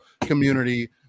community